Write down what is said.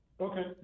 Okay